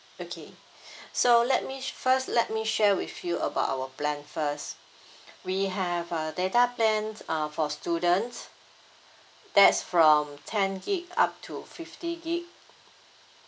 okay so let me first let me share with you about our plan first we have uh data plan uh for student that's from ten gigabyte up to fifty gigabyte